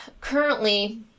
currently